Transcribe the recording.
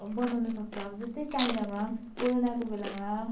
बनाउन सक्छ अब जस्तै चाइनामा कोरोनाको बेलामा